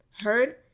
heard